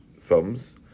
thumbs